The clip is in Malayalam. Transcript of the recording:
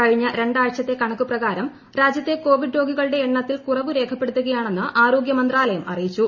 കഴിഞ്ഞ രണ്ടാഴ്ചത്തെ കണക്ക് പ്രകാരം രാജ്യത്തെ കോവിഡ് രോഗികളുടെ എണ്ണത്തിൽ കുറവ് രേഖപ്പെടുത്തുകയാണെന്ന് ആരോഗൃ മന്ത്രലയം അറിയിച്ചു